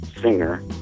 singer